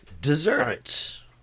Desserts